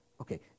Okay